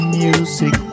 music